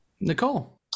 Nicole